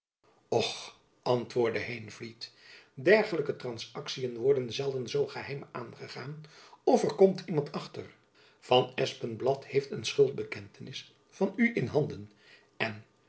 antwoordde heenvliet dergelijke transaktien worden zelden zoo geheim aangegaan of er komt iemand achter van espenblad heeft een schuldbekentenis van u in handen en